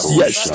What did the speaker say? yes